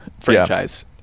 franchise